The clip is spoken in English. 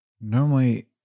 Normally